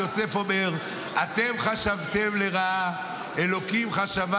ויוסף אומר: "ואתם חשבתם עלי רעה אלהים חשבה